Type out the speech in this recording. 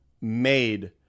made